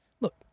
Look